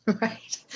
Right